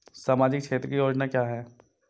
सामाजिक क्षेत्र की योजना क्या है?